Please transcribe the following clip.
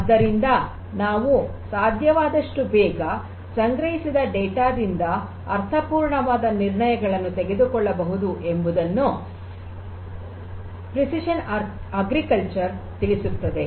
ಆದ್ದರಿಂದ ನಾವು ಸಾಧ್ಯವಾದಷ್ಟು ಬೇಗ ಸಂಗ್ರಹಿಸಿದ ಡೇಟಾ ದಿಂದ ಅರ್ಥಪೂರ್ಣವಾದ ನಿರ್ಣಯಗಳನ್ನು ತೆಗೆದುಕೊಳ್ಳಬಹುದು ಎಂಬುದನ್ನು ಪ್ರೆಸಿಷನ್ ಅಗ್ರಿಕಲ್ಚರ್ ತಿಳಿಸುತ್ತದೆ